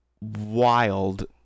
wild